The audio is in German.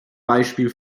beispiel